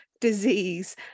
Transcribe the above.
disease